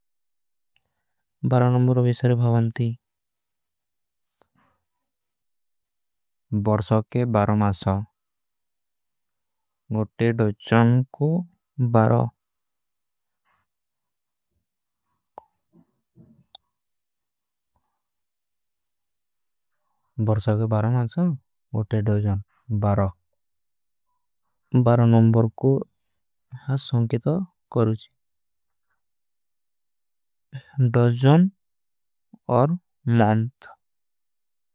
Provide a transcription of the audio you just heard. ବରା ନୁମ୍ବର ଵିଶର ଭାଵାନ୍ତି ବର୍ଶାକେ ବରା ମାସାଓ ଓଟେ। ଡୋଜନ କୋ ବରା ବର୍ଶାକେ ବରା ମାସାଓ। ଓଟେ ଡୋଜନ ବରା ବରା ନୁମ୍ବର କୋ ସଂକିତ କରୂଜୀ। ଡୋଜନ ଔର ଲାଂଥ।